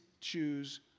choose